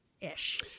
ish